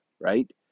right